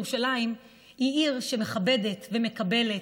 ירושלים היא עיר שמכבדת ומקבלת,